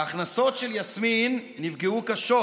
ההכנסות של יסמין נפגעו קשות